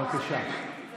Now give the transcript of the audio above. בבקשה.